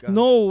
no